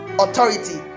authority